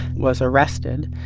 was arrested.